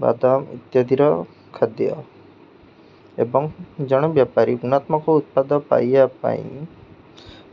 ବାଦାମ ଇତ୍ୟାଦିର ଖାଦ୍ୟ ଏବଂ ଜଣେ ବେପାରୀ ଗୁଣାତ୍ମକ ଉତ୍ପାଦ ପାଇବା ପାଇଁ